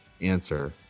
answer